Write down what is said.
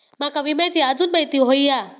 माका विम्याची आजून माहिती व्हयी हा?